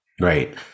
Right